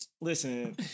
Listen